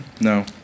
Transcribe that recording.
no